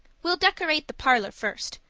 we'll decorate the parlor first.